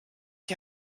die